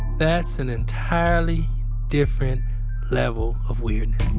that's an entirely different level of weirdness